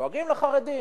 דואגים לחרדים,